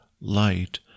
light